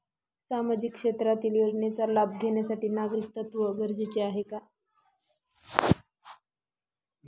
सामाजिक क्षेत्रातील योजनेचा लाभ घेण्यासाठी नागरिकत्व गरजेचे आहे का?